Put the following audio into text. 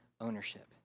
ownership